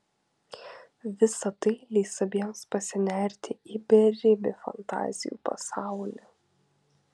visa tai leis abiems pasinerti į beribį fantazijų pasaulį